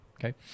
okay